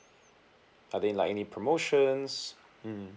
are they like any promotions mm